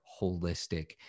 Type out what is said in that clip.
holistic